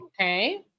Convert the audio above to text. okay